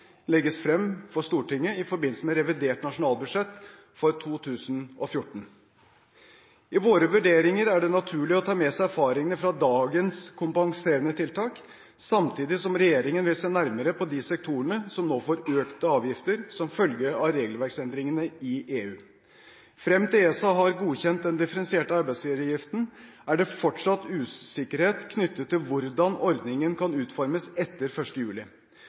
legges frem for Stortinget i forbindelse med revidert nasjonalbudsjett for 2014. I våre vurderinger er det naturlig å ta med seg erfaringene fra dagens kompenserende tiltak, samtidig som regjeringen vil se nærmere på de sektorene som nå får økte avgifter som følge av regelverksendringene i EU. Frem til ESA har godkjent den differensierte arbeidsgiveravgiften, er det fortsatt usikkerhet knyttet til hvordan ordningen kan utformes etter 1. juli.